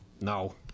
No